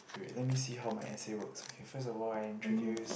let me see how my essay works okay first of all I introduce